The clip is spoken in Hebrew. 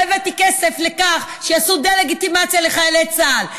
לא הבאתי כסף לכך שיעשו דה-לגיטימציה לחיילי צה"ל.